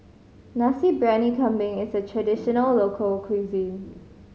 Nasi Briyani Kambing is a traditional local cuisine